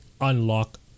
unlock